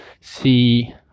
see